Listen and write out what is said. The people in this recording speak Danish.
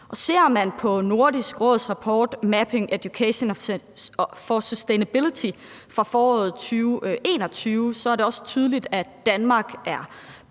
ser man på Nordisk Råds rapport »Mapping Education for Sustainability« fra foråret 2021, er det også tydeligt, at Danmark er